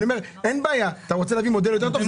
אני אומר אין בעיה אתה רוצה להקים מודל יותר טוב?